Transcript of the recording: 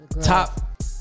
Top